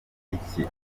iki